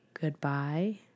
Goodbye